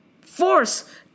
force